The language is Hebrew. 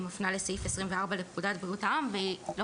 היא מפנה לסעיף 24 לפקודת בריאות העם והיא לא